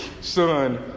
son